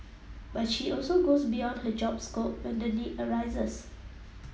but she also goes beyond her job scope when the need arises